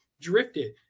drifted